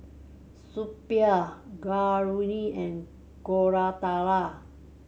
Suppiah Gauri and Koratala